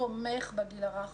תומך בגיל הרך,